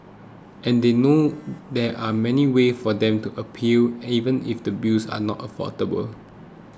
and they know there are many ways for them to appeal even if the bills are not affordable